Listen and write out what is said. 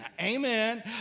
Amen